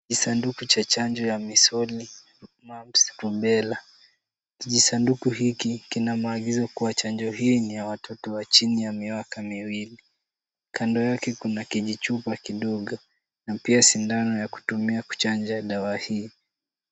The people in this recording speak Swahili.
Kisanduku cha chanjo ya misoli, mumps, rubela . Kijisanduku hii, kina maagizo kuwa chanjo hii ni ya watoto wa chini ya miaka miwili. Kando yake kuna kijichupa kidogo na pia sindano ya kutumia kuchanja dawa hii.